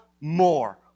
more